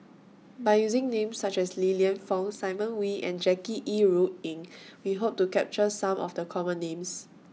By using Names such as Li Lienfung Simon Wee and Jackie Yi Ru Ying We Hope to capture Some of The Common Names